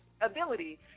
ability